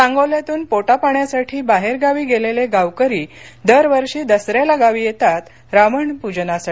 सांगोल्यातून पोटापाण्यासाठी बाहेरगावी गेलेले गावकरी दरवर्षी दसऱ्याला गावी येतात रावण प्जनासाठी